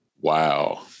Wow